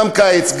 גם בקיץ,